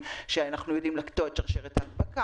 ושאנחנו יודעים לקטוע את שרשרת ההדבקה,